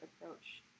approach